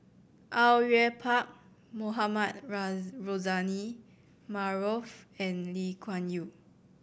Au Yue Pak Mohamed Rozani Maarof and Lee Kuan Yew